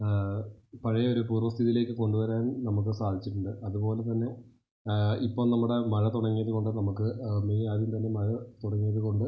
പഴയൊരു പൂർവ്വ സ്ഥിതിയിലേക്ക് കൊണ്ട് വരാൻ നമുക്ക് സാധിച്ചിട്ടുണ്ട് അതുപോലെ തന്നെ ഇപ്പം നമ്മുടെ മഴ തുടങ്ങിയത് കൊണ്ട് നമുക്ക് മെയ് ആദ്യം തന്നെ മഴ തുടങ്ങിയത് കൊണ്ട്